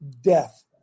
death